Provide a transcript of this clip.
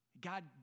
God